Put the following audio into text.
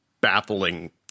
baffling